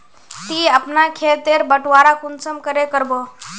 ती अपना खेत तेर बटवारा कुंसम करे करबो?